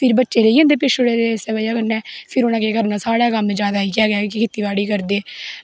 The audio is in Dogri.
फिर बच्चे रेही जंदे पिछड़े दे इस्सै बजह कन्नै फिर उ'नै केह् करना साढ़ै इ'यै ऐ कि खेत्ती बाड़ी करदे